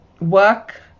work